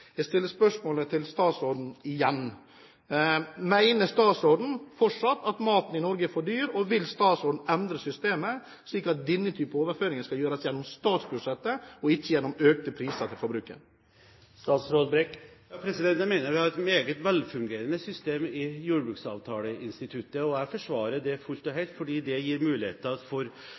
Jeg stiller spørsmålet til statsråden igjen: Mener statsråden fortsatt at maten i Norge er for dyr? Og vil statsråden endre systemet, slik at denne type overføringer skal gjøres over statsbudsjettet og ikke gjennom økte priser til forbrukeren? Jeg mener vi har et meget velfungerende system i jordbruksavtaleinstituttet. Jeg forsvarer det fullt og helt, fordi det gir muligheter for